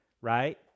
right